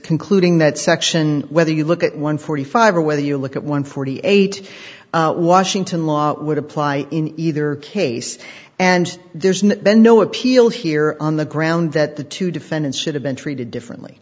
concluding that section whether you look at one forty five or whether you look at one forty eight washington law would apply in either case and there's no been no appeal here on the ground that the two defendants should have been treated differently